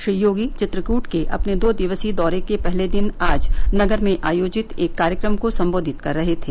श्री योगी अपने चित्रकूट के दो दिवसीय दौरे के पहले दिन आज नगर में आयोजित एक कार्यक्रम को सम्बोधित कर रहे थे